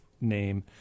name